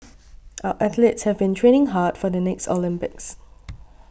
our athletes have been training hard for the next Olympics